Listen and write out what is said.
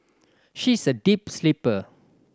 she is a deep sleeper